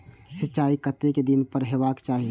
सिंचाई कतेक दिन पर हेबाक चाही?